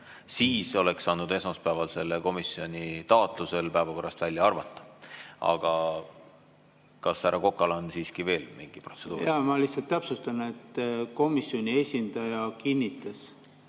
siis oleks saanud esmaspäeval selle punkti komisjoni taotlusel päevakorrast välja arvata. Kas härra Kokal on siiski veel mingi protseduuriline küsimus? Ma lihtsalt täpsustan, et komisjoni esindaja kinnitas,